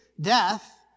death